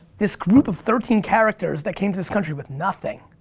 this group of thirteen characters that came to this country with nothing,